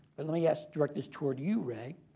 but let me ask-direct this toward you, ray.